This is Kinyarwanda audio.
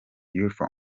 beautiful